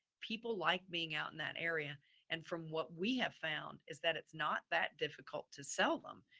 people like being out in that area and from what we have found is that it's not that difficult to sell them.